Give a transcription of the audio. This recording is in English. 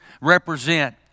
represent